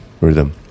Rhythm